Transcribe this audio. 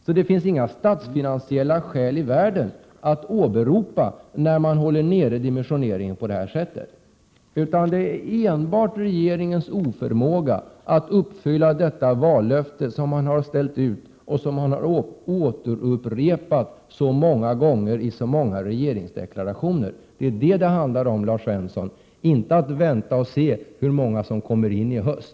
Det finns alltså inga statsfinansiella skäl i världen att åberopa, när man håller nere dimensioneringen på det här sättet, utan det handlar enbart om regeringens oförmåga att uppfylla det vallöfte som man har ställt ut och som så många gånger har upprepats i regeringsdeklarationer. Det är detta det handlar om, Lars Svensson, och inte om att vänta och se hur många som kommer in i höst.